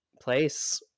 place